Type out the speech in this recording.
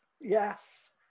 yes